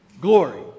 glory